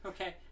Okay